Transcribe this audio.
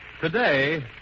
Today